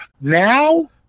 now